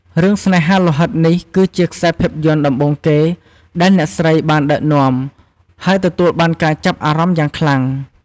រឿង ស្នេហាលោហិតនេះគឺជាខ្សែភាពយន្តដំបូងគេដែលអ្នកស្រីបានដឹកនាំ ហើយទទួលបានការចាប់អារម្មណ៍យ៉ាងខ្លាំង។